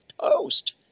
post